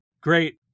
great